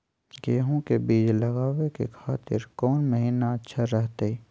गेहूं के बीज लगावे के खातिर कौन महीना अच्छा रहतय?